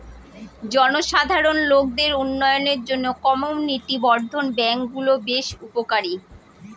জনসাধারণ লোকদের উন্নয়নের জন্য কমিউনিটি বর্ধন ব্যাঙ্কগুলা বেশ উপকারী